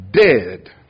dead